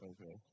Okay